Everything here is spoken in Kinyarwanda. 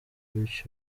bityo